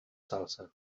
salsa